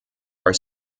are